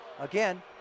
Again